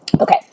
Okay